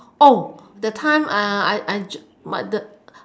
that time I I I what the